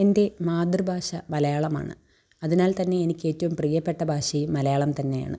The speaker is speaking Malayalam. എന്റെ മാതൃഭാഷ മലയാളമാണ് അതിനാൽത്തന്നെ എനിക്കേറ്റവും പ്രിയപ്പെട്ട ഭാഷയും മലയാളം തന്നെയാണ്